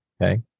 Okay